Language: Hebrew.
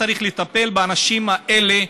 צריך לטפל באנשים האלה,